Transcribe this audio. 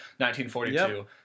1942